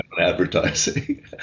advertising